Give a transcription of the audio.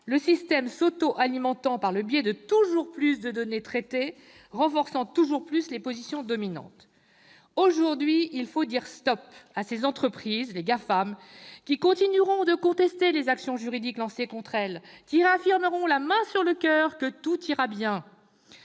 le système s'autoalimentant par le biais de toujours plus de données traitées, renforçant toujours plus les positions dominantes. Aujourd'hui, il faut dire stop à ces entreprises, les GAFAM, qui continueront de contester les actions juridiques lancées contre elles, qui réaffirmeront la main sur le coeur que tout ira bien.